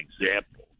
example